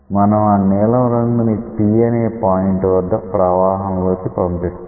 మనం ఆ నీలం రంగు ని P అనే పాయింట్ వద్ద ప్రవాహం లోకి పంపిస్తాం